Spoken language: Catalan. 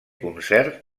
concert